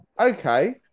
Okay